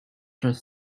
just